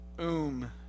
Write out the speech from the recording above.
oom